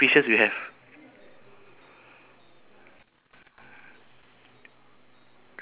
uh four five lah okay correct three seashell on the floor right